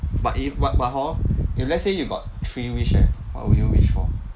but if but but hor if let's say you got three wish eh what would you wish for